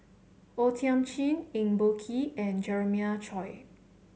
O Thiam Chin Eng Boh Kee and Jeremiah Choy